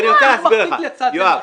אי אפשר לקחת את הגמ"חים עכשיו לצד השני.